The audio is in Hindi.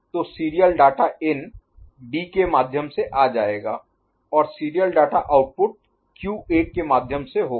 तो सीरियल डाटा इन डी के माध्यम से आ जाएगा और सीरियल डाटा आउटपुट क्यूए के माध्यम से होगा